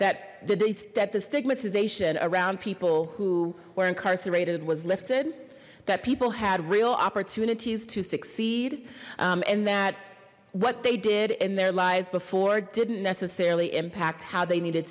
that the debt the stigmatization around people who were incarcerated was lifted that people had real opportunities to succeed and that what they did in their lives before didn't necessarily impact how they needed